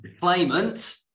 claimant